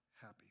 happy